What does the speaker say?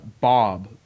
Bob